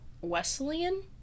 Wesleyan